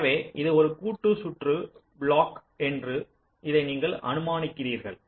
எனவே இது ஒரு கூட்டு சுற்றுத் பிளாக் என்று இதை நீங்கள் அனுமானிக்கிறீர்கள்